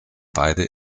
beide